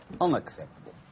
Unacceptable